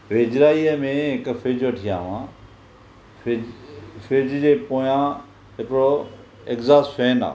वेझराईअ में हिकु फिर्ज वठी आयो आहियां फिर्ज जे पोयां हिकिड़ो एग्जॉस्ट फैन आहे